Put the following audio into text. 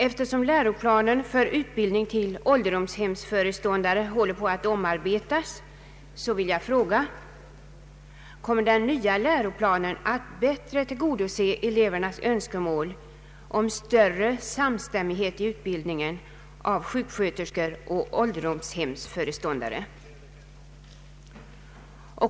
Eftersom läroplanen för utbildning till ålderdomshemsföreståndare håller på att omarbetas vill jag fråga: Kommer den nya läroplanen att bättre tillgodose elevernas önskemål om större samstämmighet i utbildningen av sjuksköterskor och ålderdomshemsföreståndare?